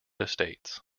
estates